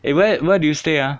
eh where where do you stay ah